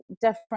different